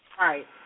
Right